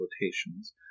quotations